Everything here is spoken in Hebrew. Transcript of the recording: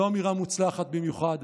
לא אמירה מוצלחת במיוחד.